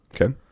Okay